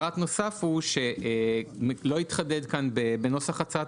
ופרט נוסף הוא שלא התחדד כאן בנוסח הצעת